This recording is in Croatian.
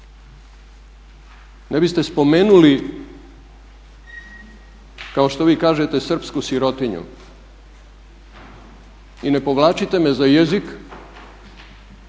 ne biste spomenuli kao što vi kažete srpsku sirotinju i ne povlačite me za jezik